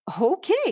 okay